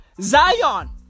zion